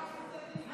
חבר הכנסת קריב,